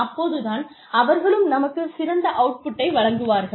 அப்போது தான் அவர்களும் நமக்கு சிறந்த அவுட்புட்டை வழங்குவார்கள்